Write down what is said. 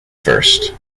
first